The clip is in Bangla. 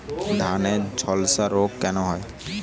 ধানে ঝলসা রোগ কেন হয়?